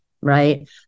right